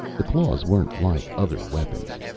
the claws weren't like other weapons.